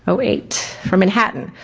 so eight for manhattan.